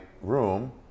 room